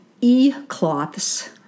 E-cloths